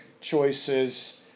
choices